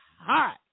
hot